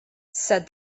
said